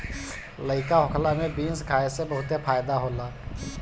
लइका होखला में बीन्स खाए से बहुते फायदा होला